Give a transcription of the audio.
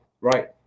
right